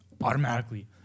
automatically